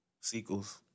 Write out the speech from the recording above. sequels